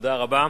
תודה רבה.